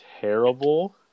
terrible